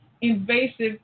invasive